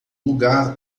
lugar